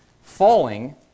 falling